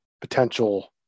potential